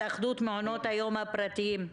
התאחדות מעונות היום הפרטיים.